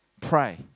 Pray